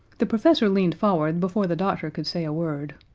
the professor leaned forward before the doctor could say a word.